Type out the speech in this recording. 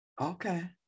Okay